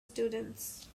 students